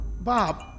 Bob